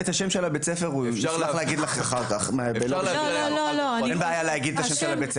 הוא ישמח להגיד לך אחר כך את שם בית הספר.